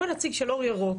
הוא הנציג של אור ירוק.